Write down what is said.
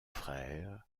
frère